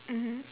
mmhmm